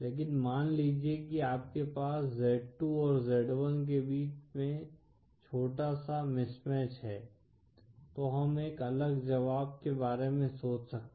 लेकिन मान लीजिए कि आपके पास z2 और z1 के बीच में छोटा सा मिसमैच है तो हम एक अलग जवाब के बारे में सोच सकते हैं